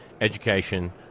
education